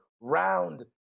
round